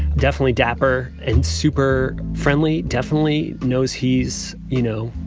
definitely dapper and super friendly, definitely knows he's, you know,